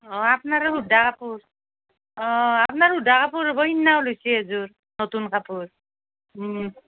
অ আপোনাৰো সুধা কাপোৰ অ আপোনাৰ সুধা কাপোৰ ৰ'ব সেইদিনাও লৈছে এযোৰ নতুন কাপোৰ